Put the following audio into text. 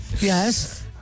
Yes